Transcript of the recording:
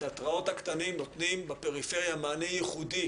התיאטראות הקטנים נותנים בפריפריה מענה ייחודי